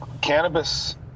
cannabis